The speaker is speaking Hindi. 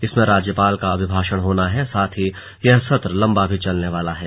इसमें राज्यपाल का अभिभाषण होना है साथ ही यह सत्र लंबा भी चलने वाला है